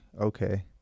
okay